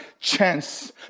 chance